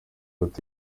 ati